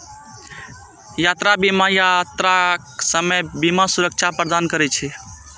यात्रा बीमा यात्राक समय बीमा सुरक्षा प्रदान करै छै